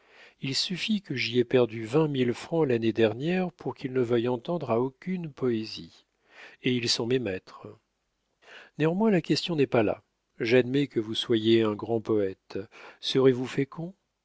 il suffit que j'y aie perdu vingt mille francs l'année dernière pour qu'ils ne veuillent entendre à aucune poésie et ils sont mes maîtres néanmoins la question n'est pas là j'admets que vous soyez un grand poète serez-vous fécond